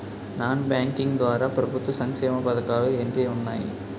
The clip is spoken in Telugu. నాన్ బ్యాంకింగ్ ద్వారా ప్రభుత్వ సంక్షేమ పథకాలు ఏంటి ఉన్నాయి?